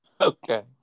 Okay